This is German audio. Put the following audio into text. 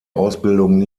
ausbildung